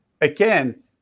again